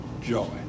joy